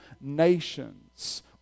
nations